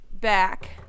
back